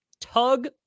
tug